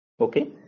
Okay